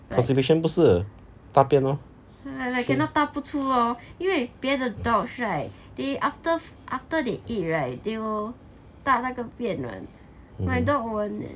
constipation constipation 不是大便 lor